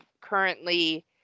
currently